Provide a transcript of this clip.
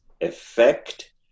effect